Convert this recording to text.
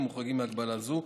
המוחרגים מהגבלה זו.